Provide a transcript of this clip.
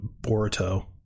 Boruto